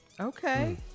Okay